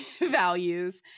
values